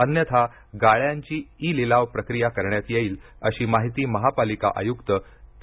अन्यथा गाळ्यांची ई लिलाव प्रक्रिया करण्यात येईल अशी माहिती महापालिका आयुक्त पी